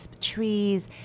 trees